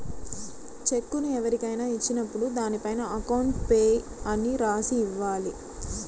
చెక్కును ఎవరికైనా ఇచ్చినప్పుడు దానిపైన అకౌంట్ పేయీ అని రాసి ఇవ్వాలి